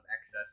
excess